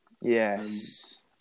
Yes